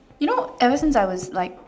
you know ever since I was like